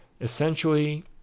essentially